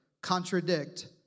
contradict